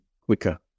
quicker